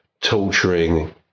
torturing